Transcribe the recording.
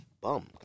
bum